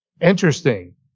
Interesting